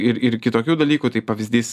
ir ir kitokių dalykų tai pavyzdys